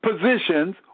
positions